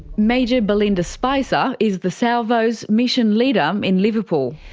major belinda spicer is the salvo's mission leader um in liverpool.